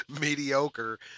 mediocre